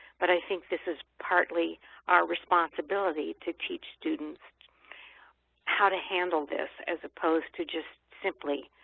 but i think this is partly our responsibility to teach students how to handle this as opposed to just simply